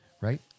Right